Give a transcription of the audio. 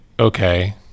Okay